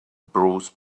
bruce